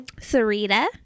Sarita